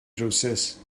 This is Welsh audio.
drywsus